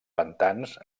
pantans